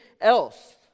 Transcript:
else